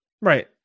Right